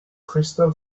crystal